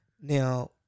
now